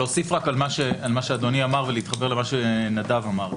אוסיף על מה שאדוני אמר ואתחבר למה שאמר נדב.